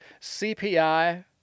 CPI